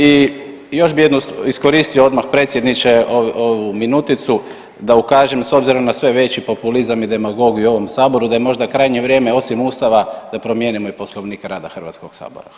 I još bi jednu, iskoristio odmah predsjedniče ovu minuticu da ukažem s obzirom na sve veći populizam i demagogiju u ovom saboru da je možda krajnje vrijeme osim Ustava da promijenimo i Poslovnik rada Hrvatskog sabora.